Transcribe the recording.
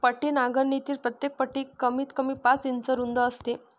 पट्टी नांगरणीतील प्रत्येक पट्टी कमीतकमी पाच इंच रुंद असते